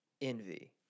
envy